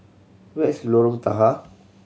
where is Lorong Tahar